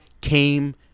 came